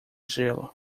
gelo